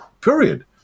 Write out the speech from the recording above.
period